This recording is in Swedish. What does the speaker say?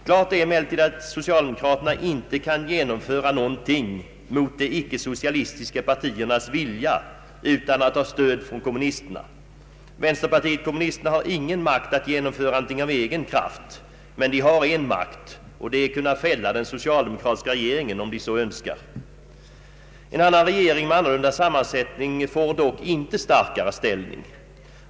Klart är emellertid att socialdemokraterna inte kan genomföra någonting mot de icke socialistiska partiernas vilja utan att ha stöd från kommunisterna. Vänsterpartiet kommunisterna har ingen makt att genomföra någonting av egen kraft, men de har en makt, och det är att kunna fälla den socialdemokratiska regeringen om de så önskar. En annan regering med annorlunda sammansättning får dock inte starkare ställning.